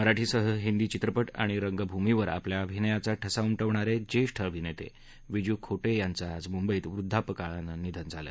मराठीसह हिंदी चित्रपट आणि रंगभूमीवर आपल्या अभिनयाचा ठसा उमटवणारे ज्येष्ठ अभिनेते विजू खोटे यांचं आज मुंबईत वुद्धापकाळानं निधन झालं